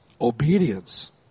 obedience